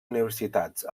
universitats